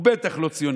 הוא בטח לא ציוני.